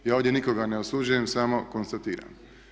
Ja ovdje nikoga ne osuđujem samo konstatiram.